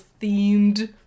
themed